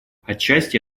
отчасти